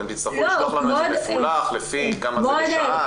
אתם תצטרכו לשלוח לנו את זה מפולח לפי כמה זה לשעה,